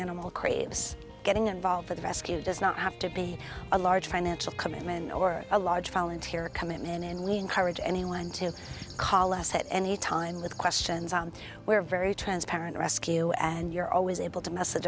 animal craves getting involved with rescue does not have to be a large financial commitment or a large file and here come in and we encourage anyone to call us at any time with questions on we're very transparent rescue and you're always able to message